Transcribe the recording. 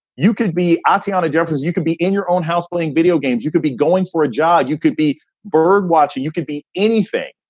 you could be acting on a difference. you could be in your own house playing video games. you could be going for a job. you could be bird watching. you could be anything.